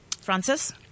Francis